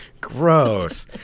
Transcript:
Gross